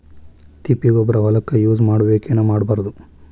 ತಿಪ್ಪಿಗೊಬ್ಬರ ಹೊಲಕ ಯೂಸ್ ಮಾಡಬೇಕೆನ್ ಮಾಡಬಾರದು?